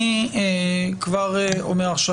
אני כבר אומר עכשיו,